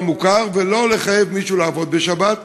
המוכר ובלא לחייב מישהו לעבוד בשבת,